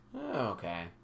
Okay